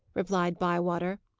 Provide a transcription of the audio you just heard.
replied bywater,